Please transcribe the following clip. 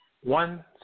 One